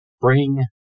Bring